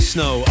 Snow